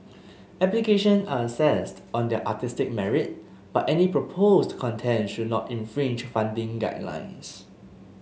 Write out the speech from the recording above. application are assessed on their artistic merit but any proposed content should not infringe funding guidelines